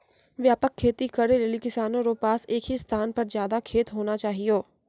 व्यापक खेती करै लेली किसानो रो पास एक ही स्थान पर ज्यादा खेत होना चाहियो